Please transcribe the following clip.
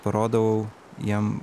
parodau jiem